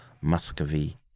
Muscovy